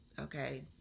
okay